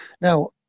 Now